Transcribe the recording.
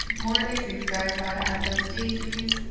more daises guys gotta add those daises.